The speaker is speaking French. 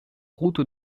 route